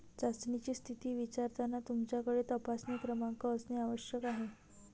चाचणीची स्थिती विचारताना तुमच्याकडे तपासणी क्रमांक असणे आवश्यक आहे